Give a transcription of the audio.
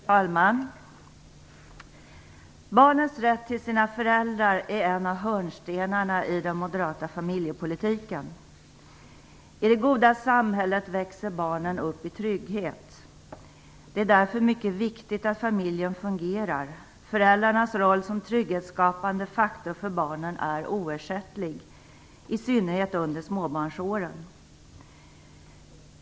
Fru talman! Barnens rätt till sina föräldrar är en av hörnstenarna i den moderata familjepolitiken. I det goda samhället växer barnen upp i trygghet. Det är därför mycket viktigt att familjen fungerar. Föräldrarnas roll som trygghetsskapande faktor för barnen är oersättlig, i synnerhet under småbarnsåren.